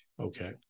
Okay